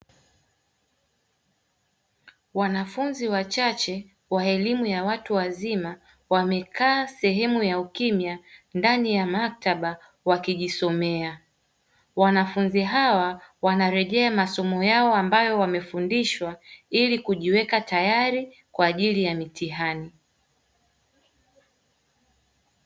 Wanafunzi wachache wa elimu ya watu wazima wamekaa sehemu ya ukimya ndani ya maktaba wakijisomea. Wanafunzi hawa wanarejea masomo yao ambayo wamefundishwa ili kujiweka tayari kwa ajili ya mitihani.